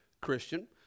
Christian